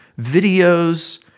videos